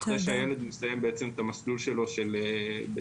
אחרי שהילד מסיים בעצם את המסלול שלו של בית-ספר,